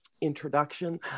introduction